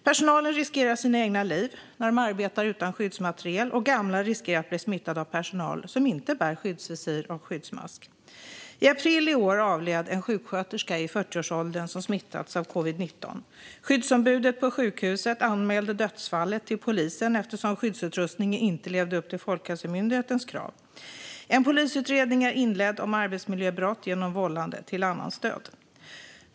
Personalen riskerar sina egna liv när de arbetar utan skyddsmaterial, och gamla riskerar att bli smittade av personal som inte bär skyddsvisir och skyddsmask. I april i år avled en sjuksköterska i 40-årsåldern som smittats av covid19. Skyddsombudet på sjukhuset anmälde dödsfallet till polisen, eftersom skyddsutrustningen inte levde upp till Folkhälsomyndighetens krav. En polisutredning är inledd om arbetsmiljöbrott genom vållande till annans död.